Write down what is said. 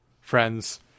friends